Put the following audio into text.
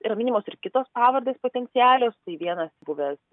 yra minimos ir kitos pavardės potencialios tai vienas buvęs